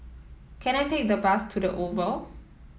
can I take the bus to the Oval